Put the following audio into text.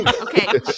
Okay